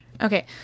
Okay